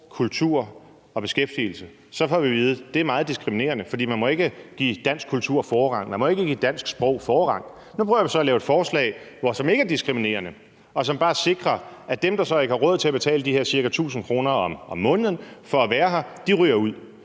kultur og beskæftigelse, får vi at vide, at det er meget diskriminerende, for man må ikke give dansk kultur forrang og ikke give dansk sprog forrang. Nu prøver vi så at lave et forslag, som ikke er diskriminerende, og som bare sikrer, at dem, der så ikke har råd til at betale de her ca. 1.000 kr. om måneden for at være her, ryger ud.